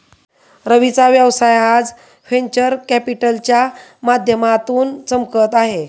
रवीचा व्यवसाय आज व्हेंचर कॅपिटलच्या माध्यमातून चमकत आहे